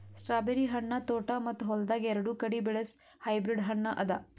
strawberry ಹಣ್ಣ ತೋಟ ಮತ್ತ ಹೊಲ್ದಾಗ್ ಎರಡು ಕಡಿ ಬೆಳಸ್ ಹೈಬ್ರಿಡ್ ಹಣ್ಣ ಅದಾ